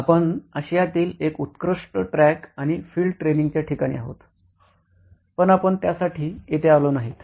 आपण आशियातील एक उत्कृष्ट ट्रॅक आणि फील्ड ट्रेनिंगच्या ठिकाणी आहोत पण आपण त्यासाठी येथे आलो नाहीत